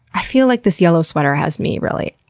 i feel like this yellow sweater has me, really.